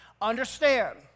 Understand